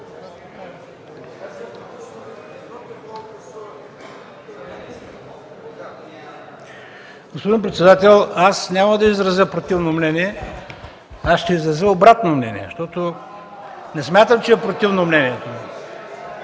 Господин председател, няма да изразя противно мнение, ще изразя обратно мнение, защото не смятам, че е противно мнението